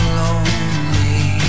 lonely